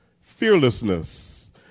Fearlessness